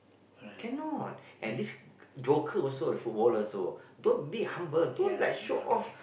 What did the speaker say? cannot and this joker also the footballer also don't be humble don't like show off